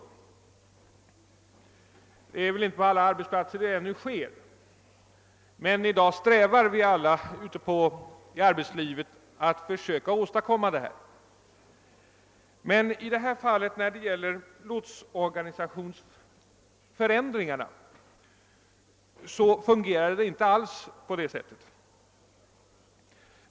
Så sker väl ännu inte på alla arbetsplatser, men vi strävar i dag alla ute i arbetslivet efter att försöka åstadkomma detta. När det gällt lotsorganisationsförändringarna har det emellertid inte alls fungerat på detta sätt.